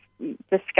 discuss